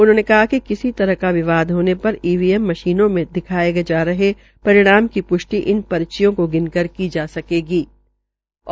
उन्होंने कहा िक किसी तरह का विवाद होने पर ईवीएम मशीनों में दिखाये जा रहे रिणाम की ष्टि इन रचियों को गिनकर की जा सकती है